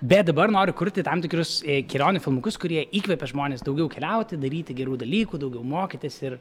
bet dabar noriu kurti tam tikrus ei kelionių filmukus kurie įkvepia žmones daugiau keliauti daryti gerų dalykų daugiau mokytis ir